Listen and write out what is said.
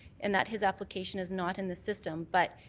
in that his application is not in the system but